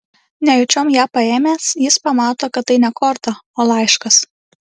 nejučiom ją paėmęs jis pamato kad tai ne korta o laiškas